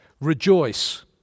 Rejoice